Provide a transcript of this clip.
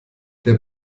der